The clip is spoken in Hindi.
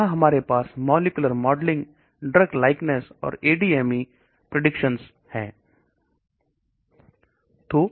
यहां हमारे पास मॉलिक्यूलर मॉडलिंग ड्रग समानता और ADME प्रिडिक्शन है